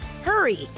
Hurry